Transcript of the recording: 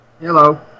Hello